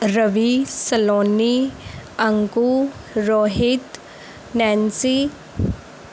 Ravi Saloni Anku Rohit Nancy